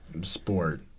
sport